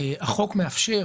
החוק מאפשר